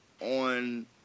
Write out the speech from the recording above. on